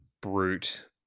brute